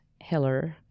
Hiller